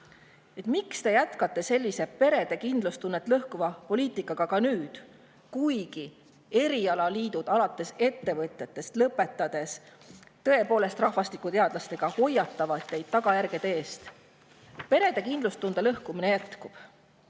miks te jätkate ka nüüd perede kindlustunnet lõhkuva poliitikaga, kuigi erialaliidud, alates ettevõtetest ja lõpetades tõepoolest rahvastikuteadlastega, hoiatavad teid tagajärgede eest. Perede kindlustunde lõhkumine